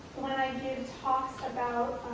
one i give talks about,